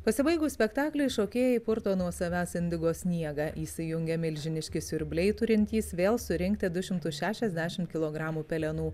pasibaigus spektakliui šokėjai purto nuo savęs indigo sniegą įsijungia milžiniški siurbliai turintys vėl surinkti du šimtus šešiasdešim kilogramų pelenų